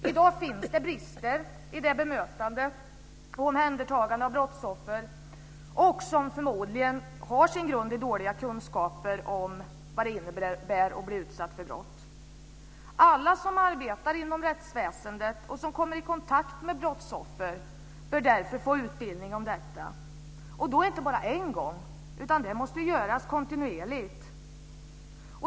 I dag finns det brister i bemötandet och omhändertagandet av brottsoffer som förmodligen har sin grund i dåliga kunskaper om vad det innebär att bli utsatt för brott. Alla som arbetar inom rättsväsendet och som kommer i kontakt med brottsoffer bör därför få utbildning om detta - och då inte bara en gång, utan det måste göras kontinuerligt.